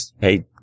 Hey